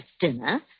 dinner